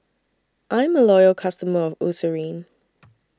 I'm A Loyal customer of Eucerin